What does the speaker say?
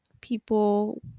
people